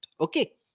Okay